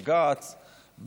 בג"ץ,